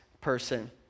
person